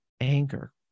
anger